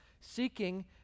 seeking